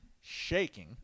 shaking